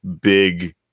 big